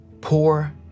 poor